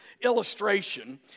illustration